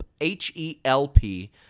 H-E-L-P